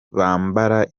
bambara